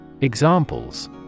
Examples